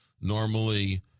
Normally